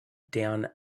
down